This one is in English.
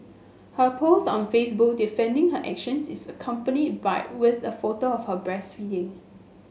her post on Facebook defending her actions is accompanied by with a photo of her breastfeeding